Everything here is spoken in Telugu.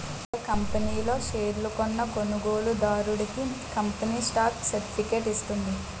ఒక కంపనీ లో షేర్లు కొన్న కొనుగోలుదారుడికి కంపెనీ స్టాక్ సర్టిఫికేట్ ఇస్తుంది